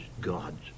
God's